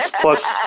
plus